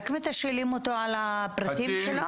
רק מתשאלים אותו על הפרטים שלו?